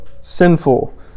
sinful